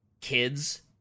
kids